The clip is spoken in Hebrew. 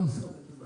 אני פותח את הישיבה.